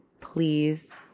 please